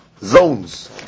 zones